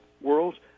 worlds